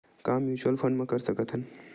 का mutual fund म कर सकत हन?